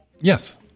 yes